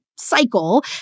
cycle